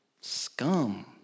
scum